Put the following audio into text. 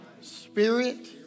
spirit